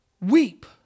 weep